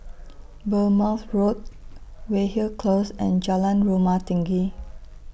Bournemouth Road Weyhill Close and Jalan Rumah Tinggi